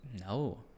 no